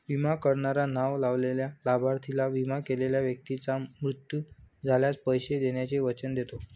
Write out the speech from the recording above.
विमा करणारा नाव लावलेल्या लाभार्थीला, विमा केलेल्या व्यक्तीचा मृत्यू झाल्यास, पैसे देण्याचे वचन देतो